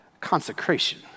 consecration